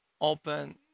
open